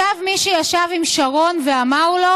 ישב מי שישב עם ראש הממשלה ואמר לו: